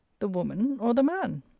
the woman or the man?